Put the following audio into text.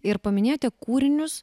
ir paminėjote kūrinius